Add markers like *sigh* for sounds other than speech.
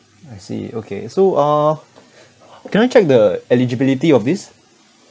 I see okay so uh *breath* can I check the eligibility of this